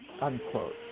unquote